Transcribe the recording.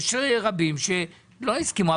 יש רבים שלא הסכימו,